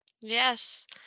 Yes